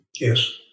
Yes